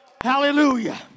Hallelujah